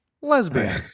Lesbian